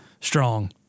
strong